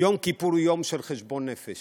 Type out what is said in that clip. יום כיפור הוא יום של חשבון נפש.